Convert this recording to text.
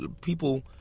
people